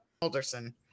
Alderson